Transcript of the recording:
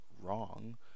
wrong